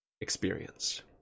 experienced